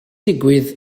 digwydd